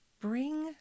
Bring